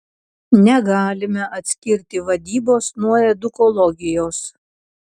negalime atskirti vadybos nuo edukologijos